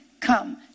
come